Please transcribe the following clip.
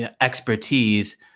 expertise